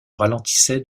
ralentissait